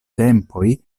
tempoj